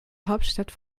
hauptstadt